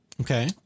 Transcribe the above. Okay